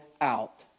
out